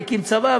והקים צבא,